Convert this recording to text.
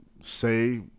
say